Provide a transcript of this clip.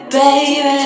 Baby